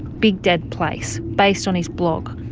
big dead place, based on his blog,